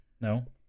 No